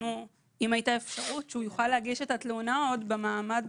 אם הייתה אפשרות שהוא יוכל להגיש את התלונה עוד במרפאה,